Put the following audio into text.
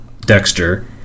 Dexter